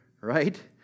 Right